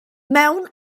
mewn